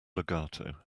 legato